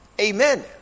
Amen